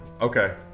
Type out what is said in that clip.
Okay